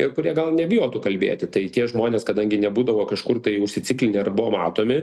ir kurie gal nebijo to kalbėti tai tie žmonės kadangi nebūdavo kažkur tai užsicikinę ar buvo matomi